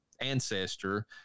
ancestor